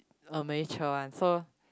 amateur on so